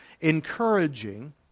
encouraging